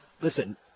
Listen